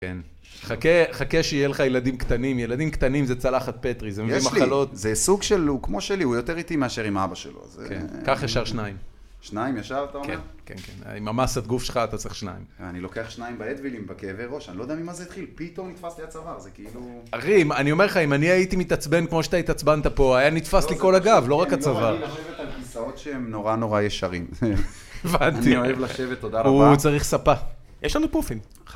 כן, חכה שיהיה לך ילדים קטנים, ילדים קטנים זה צלחת פטרי, זה מביא מחלות. זה סוג שלו, כמו שלי, הוא יותר איטי מאשר עם אבא שלו. כן, קח ישר שניים. שניים ישר, אתה אומר? כן, כן, עם המסת גוף שלך אתה צריך שניים. אני לוקח שניים באדווילים, בכאבי ראש, אני לא יודע ממה זה התחיל, פתאום נתפס לי הצוואר, זה כאילו... אחי, אני אומר לך, אם אני הייתי מתעצבן כמו שאתה התעצבנת פה, היה נתפס לי כל הגב, לא רק הצוואר. אני לא רגיל לשבת על כיסאות שהם נורא נורא ישרים. הבנתי. אני אוהב לשבת, תודה רבה. הוא צריך ספה, יש לנו פופים.